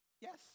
Yes